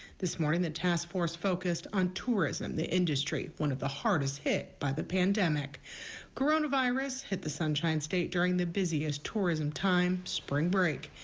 this morning, the task force focused on tourism the industry one of the hardest hit by the pandemic coronavirus hit the sunshine state during the busiest tourism time spring break.